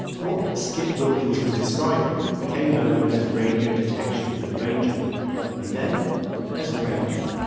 what skip wilkins was describing became known as radio detection and ranging and then as radar.